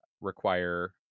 require